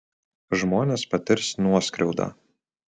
žmonės patirs nuoskriaudą